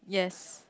yes